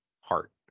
heart